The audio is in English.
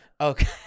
Okay